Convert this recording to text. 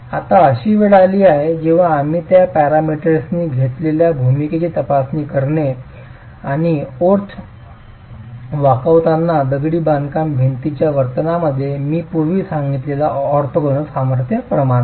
आता अशी वेळ आली आहे जेव्हा आम्ही त्या पॅरामीटर्सनी घेतलेल्या भूमिकेची तपासणी करणे आणि ओर्थ वाकवताना दगडी बांधकाम भिंतीच्या वर्तनामध्ये मी पूर्वी सांगितलेला ऑर्थोगोनल सामर्थ्य प्रमाण आहे